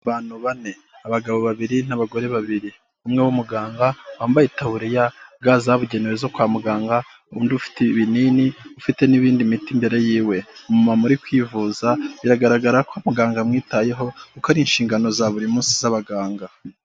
Abantu bane, abagabo babiri n'abagore babiri, umwe w'umuganga wambaye taburiya, ga zabugenewe zo kwa muganga, undi ufite ibinini, ufite n'ibindi miti mbere yiwe, umumama uri kwivuza, biragaragara ko muganga amwitayeho kuko ari inshingano za buri munsi z'abaganga.